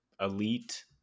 elite